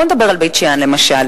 בוא נדבר על בית-שאן למשל.